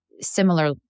similar